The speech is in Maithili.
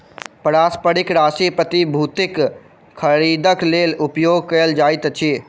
पारस्परिक राशि प्रतिभूतिक खरीदक लेल उपयोग कयल जाइत अछि